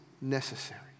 necessary